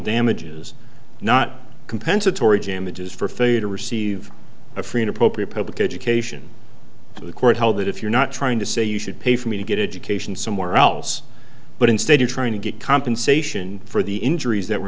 damages not compensatory damages for failure to receive a free appropriate public education so the court held that if you're not trying to say you should pay for me to get education somewhere else but instead of trying to get compensation for the injuries that were